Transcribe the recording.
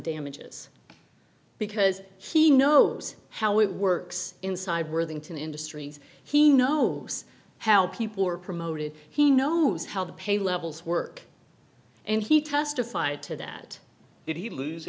damages because he knows how it works inside worthington industries he know how people are promoted he knows how the pay levels work and he testified to that did he lose